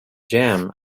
jam